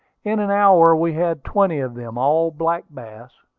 in an hour we had twenty of them, all black bass.